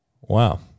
Wow